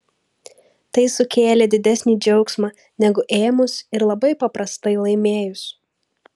tai sukėlė didesnį džiaugsmą negu ėmus ir labai paprastai laimėjus